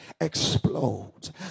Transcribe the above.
explodes